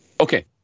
Okay